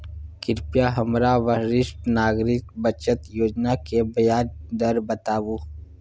कृपया हमरा वरिष्ठ नागरिक बचत योजना के ब्याज दर बताबू